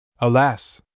Alas